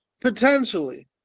potentially